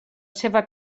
seva